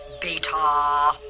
Beta